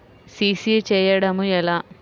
CC చేయడము ఎలా?